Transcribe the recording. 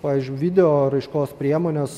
pavyzdžiui videoraiškos priemonės